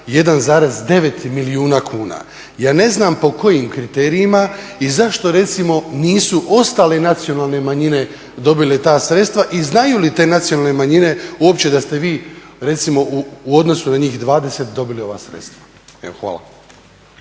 1,9 milijuna kuna. Ja ne znam po kojim kriterijima i zašto recimo nisu ostale nacionalne manjine dobile ta sredstva i znaju li te nacionalne manjine uopće da ste vi, recimo, u odnosu na njih 20 dobili ova sredstva. Evo,